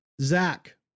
Zach